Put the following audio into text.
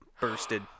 bursted